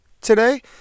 today